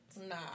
Nah